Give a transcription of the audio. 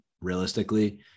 realistically